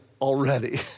already